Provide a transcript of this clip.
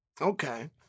Okay